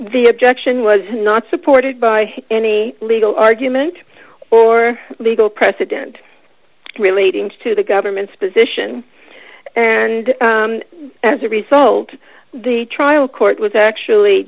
the objection was not supported by any legal argument or legal precedent relating to the government's position and as a result the trial court was actually